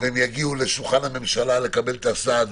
והם יגיעו לשולחן הממשלה לקבל סעד,